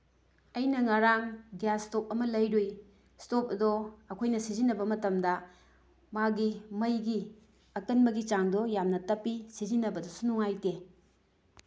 ꯑꯩꯅ ꯉꯔꯥꯡ gas stove ꯑꯃ ꯂꯩꯔꯨꯏ ꯏꯁꯇꯣꯞ ꯑꯗꯣ ꯑꯩꯈꯣꯏꯅ ꯁꯤꯖꯤꯟꯅꯕ ꯃꯇꯝꯗ ꯃꯥꯒꯤ ꯃꯩꯒꯤ ꯑꯀꯟꯕꯒꯤ ꯆꯥꯡꯗꯣ ꯌꯥꯝꯅ ꯇꯞꯄꯤ ꯁꯤꯖꯤꯟꯅꯕꯗꯁꯨ ꯅꯨꯡꯉꯥꯏꯇꯦ